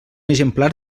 exemplar